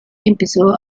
empezó